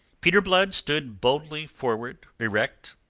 peter blood stood boldly forward, erect,